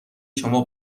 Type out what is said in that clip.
شما